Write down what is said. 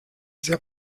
sehr